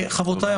חברותיי,